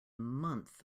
month